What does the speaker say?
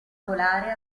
volare